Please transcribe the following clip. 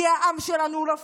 כי העם שלנו הוא לא פראייר,